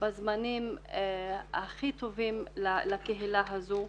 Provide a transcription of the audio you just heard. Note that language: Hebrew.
בזמנים הכי טובים לקהילה הזו.